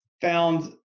found